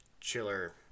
chiller